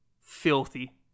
Filthy